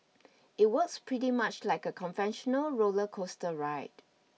it works pretty much like a conventional roller coaster ride